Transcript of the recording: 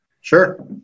Sure